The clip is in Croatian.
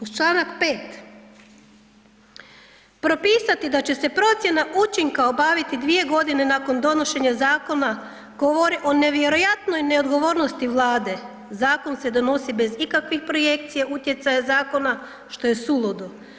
Uz čl. 5., propisati da će se procjena učinka obaviti 2.g. nakon donošenja zakona govori o nevjerojatnoj neodgovornosti Vlade, zakon se donosi bez ikakvih projekcija utjecaja zakona, što je suludo.